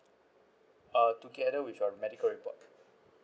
uh together with your medical report